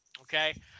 okay